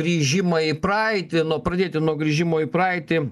grįžimą į praeitį nuo pradėti nuo grįžimo į praeitį